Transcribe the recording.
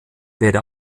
werde